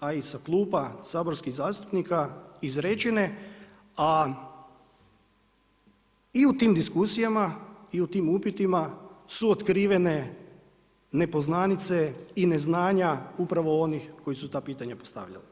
a i sa kluba saborskih zastupnika izrečene a i u tim diskusijama i u tim upitima su otkrivene nepoznanice i neznanja upravo onih koji su ta pitanja postavljali.